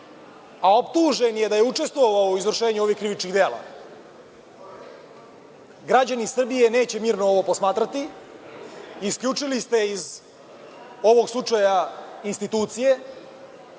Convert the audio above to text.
a optužen je da je učestvovao u izvršenju ovih krivičnih dela. Građani Srbije neće mirno ovo posmatrati. Isključili ste iz ovog slučaja institucije